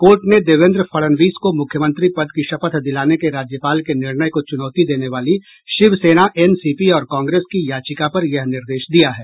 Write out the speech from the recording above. court ने देवेन्द्र फड़नवीस को मुख्यमंत्री पद की शपथ दिलाने के राज्यपाल के निर्णय को चुनौती देने वाली शिवसेना एनसीपी और कांग्रेस की याचिका पर यह निर्देश दिया है